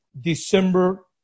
December